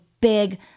big